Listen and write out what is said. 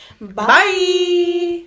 Bye